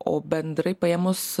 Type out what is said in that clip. o bendrai paėmus